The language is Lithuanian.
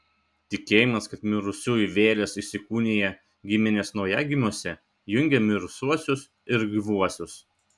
tikėjimas kad mirusiųjų vėlės įsikūnija giminės naujagimiuose jungė mirusiuosius ir gyvuosius